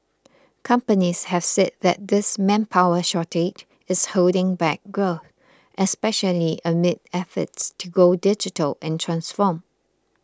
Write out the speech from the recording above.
companies have said that this manpower shortage is holding back growth especially amid efforts to go digital and transform